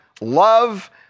love